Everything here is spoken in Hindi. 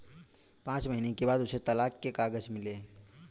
पांच महीने के बाद उसे तलाक के कागज मिले